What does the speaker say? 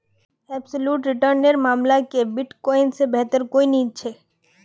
absolute return नेर मामला क बिटकॉइन से बेहतर कोई नी छे